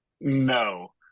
No